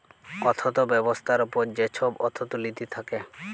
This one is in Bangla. অথ্থ ব্যবস্থার উপর যে ছব অথ্থলিতি থ্যাকে